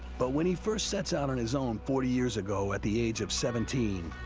but when he first sets out on his own forty years ago at the age of seventeen,